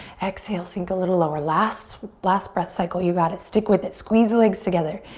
exhale, sink a little lower. last last breath cycle, you got it. stick with it. squeeze the legs together.